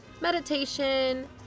meditation